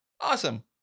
Awesome